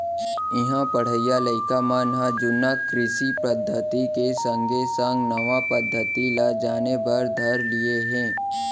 इहां पढ़इया लइका मन ह जुन्ना कृषि पद्धति के संगे संग नवा पद्धति ल जाने बर धर लिये हें